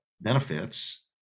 benefits